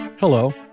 Hello